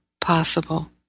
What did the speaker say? possible